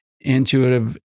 intuitive